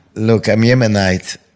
look, i'm yemenite,